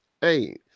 hey